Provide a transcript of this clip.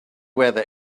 weather